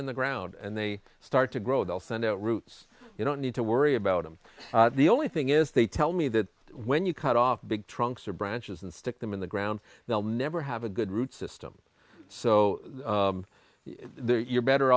in the ground and they start to grow they'll send out roots you don't need to worry about them the only thing is they tell me that when you cut off big trunks or branches and stick them in the ground they'll never have a good root system so you're better